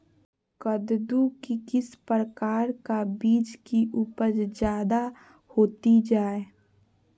कददु के किस प्रकार का बीज की उपज जायदा होती जय?